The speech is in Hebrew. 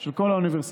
של כל האוניברסיטאות.